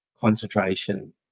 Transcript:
concentration